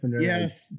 Yes